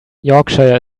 yorkshire